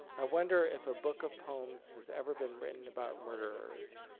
i wonder if a book of poems has ever been written about murderers?